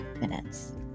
minutes